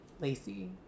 Lacey